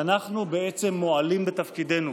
ואנחנו בעצם מועלים בתפקידנו.